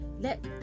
let